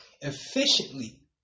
efficiently